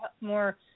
more